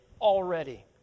already